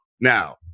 Now